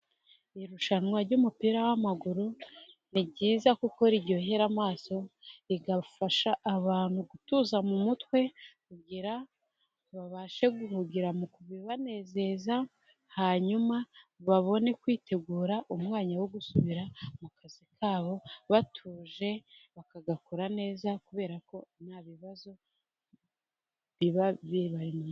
Irushanwa ry'umupira w'amaguru ni ryiza kuko riryohera amaso rigafasha abantu gutuza mu mutwe kugira babashe guhugira mu bibanezeza hanyuma babone kwitegura umwanya wo gusubira mu kazi kabo batuje bakagakora neza kubera ko nta bibazo biba bibanye.